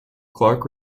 clarke